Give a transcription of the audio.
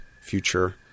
future